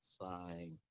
sign